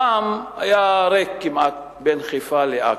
פעם היה ריק כמעט בין חיפה לעכו,